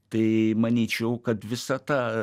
tai manyčiau kad visa ta